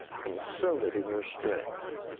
consume it in your strength.